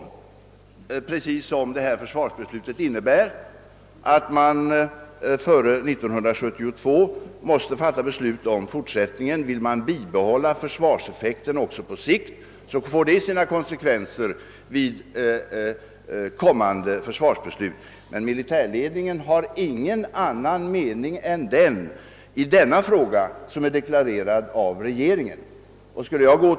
1968 års försvarsbeslut innebär ju att man före 1972 måste fatta beslut om försvarets framtida inriktning. Vill man behålla samma försvarseffekt också på sikt, får det sina konsekvenser vid kommande försvarsbeslut. Men militärledningen har ingen annan mening i denna fråga än den som är deklarerad av regeringen.